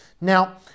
Now